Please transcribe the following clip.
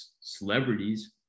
celebrities